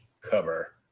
cover